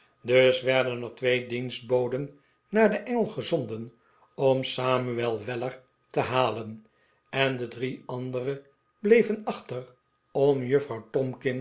dus werden er twee dienstboden naar de engel gezonden om samuel weller te halen en de drie andere bleven achter om juffrouw